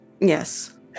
Yes